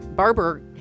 Barber